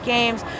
Games